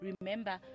remember